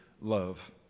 love